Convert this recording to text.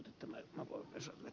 ettemme apua jos ne